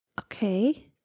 Okay